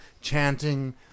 chanting